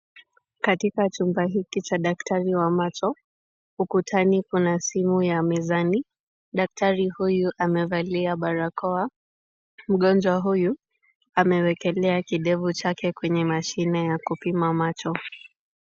Katika chumba hiki cha daktari wa macho , ukutani kuna simu ya mezani. Daktari huyu amevalia barakoa. Mgonjwa huyu amewekelea kidevu chake kwenye mashine ya kupima macho.